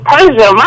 Persia